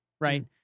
right